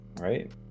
Right